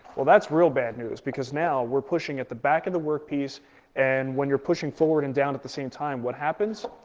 well, that's real bad news because now we're pushing at the back of the work piece and when you're pushing forward and down at the same time, what happens?